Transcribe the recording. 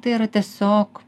tai yra tiesiog